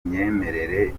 imyemerere